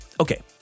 Okay